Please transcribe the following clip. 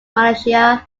malaysia